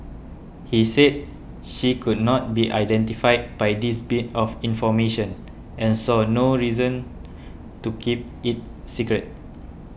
he said she could not be identified by this bit of information and saw no reason to keep it secret